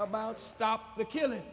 about stop the killing